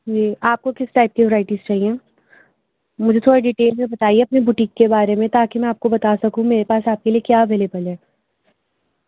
جی آپ کو کس ٹائپ کی ورائٹیز چاہیے مجھے تھوڑے ڈیٹیل میں بتائیے اپنی بوٹیک کے بارے میں تاکہ میں آپ کو بتا سکوں میرے پاس آپ کے لیے کیا اویلیبل ہے